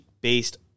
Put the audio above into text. based